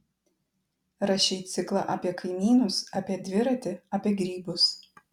rašei ciklą apie kaimynus apie dviratį apie grybus